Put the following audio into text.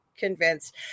convinced